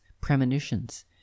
premonitions